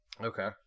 Okay